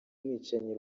umwicanyi